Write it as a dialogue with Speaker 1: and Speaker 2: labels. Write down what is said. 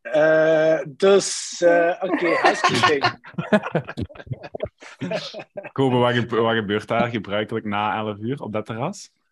Speaker 1: Eh, dus, eh, oké, huisgezin.
Speaker 2: Kobe, wat gebe- wat gebeurt daar gebruikelijk na 11 uur op dat terras?